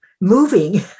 Moving